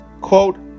quote